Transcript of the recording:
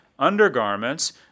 undergarments